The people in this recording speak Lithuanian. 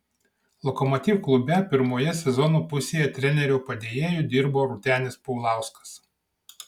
lokomotiv klube pirmoje sezono pusėje trenerio padėjėju dirbo rūtenis paulauskas